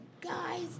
guys